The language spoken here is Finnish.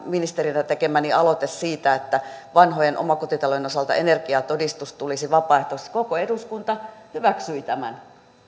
tämän ministerinä tekemäni aloitteen siitä että vanhojen omakotitalojen osalta energiatodistus tulisi vapaaehtoiseksi koko eduskunta hyväksyi